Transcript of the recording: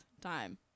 time